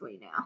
now